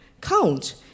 Count